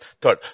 Third